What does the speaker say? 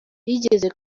yigeze